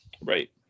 Right